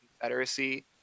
Confederacy